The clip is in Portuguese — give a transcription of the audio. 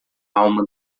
alma